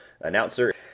announcer